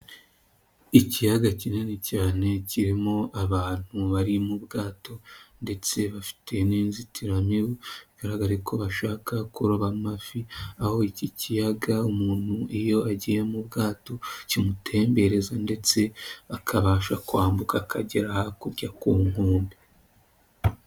Ikiyaga kinini cyane kirimo abantu bari mu bwato ndetse bafite n'inzitiramibu, bigaragare ko bashaka kuroba amafi, aho iki kiyaga umuntu iyo agiye mu bwato kimutembereza ndetse akabasha kwambuka akagera hakurya ku nkombe.